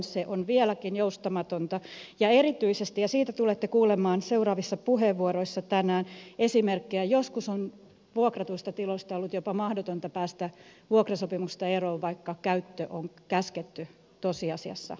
se on vieläkin joustamatonta ja erityisesti ja siitä tulette kuulemaan seuraavissa puheenvuoroissa tänään esimerkkejä joskus on vuokrasopimuksesta ollut jopa mahdotonta päästä eroon vaikka tilojen käyttö on käsketty tosiasiassa lopettaa